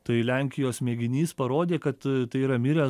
tai lenkijos mėginys parodė kad tai yra mirę